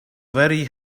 very